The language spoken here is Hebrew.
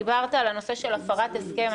דיברת על הנושא של הפרת הסכם.